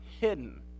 hidden